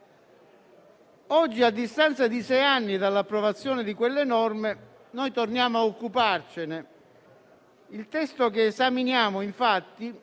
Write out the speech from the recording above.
Oggi, a distanza di sei anni dall'approvazione di quelle norme, noi torniamo a occuparcene. Il testo che esaminiamo, infatti,